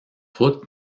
route